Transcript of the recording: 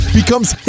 becomes